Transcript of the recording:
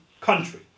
country